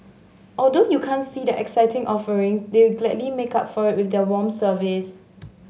although you can't see the exciting offerings they gladly make up for it with their warm service